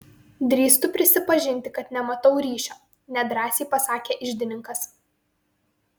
drįstu prisipažinti kad nematau ryšio nedrąsiai pasakė iždininkas